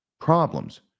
problems